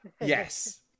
Yes